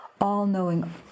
all-knowing